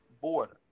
border